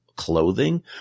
clothing